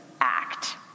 act